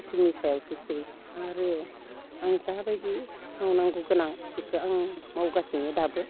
इसोरनि सायावसोसै आरो आं जाबायदि आं नांगौ गोनां बेखो आं मावगासिनो दाबो